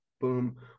boom